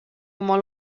oma